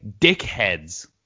dickheads